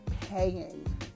paying